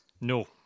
No